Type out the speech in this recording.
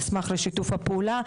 נשמח לשיתוף הפעולה.